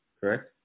correct